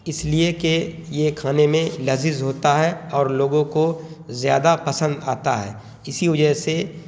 اس لیے کہ یہ کھانے میں لذیذ ہوتا ہے اور لوگوں کو زیادہ پسند آتا ہے اسی وجہ سے